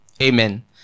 Amen